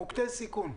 מוקדי סיכון.